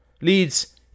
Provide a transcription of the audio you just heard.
leads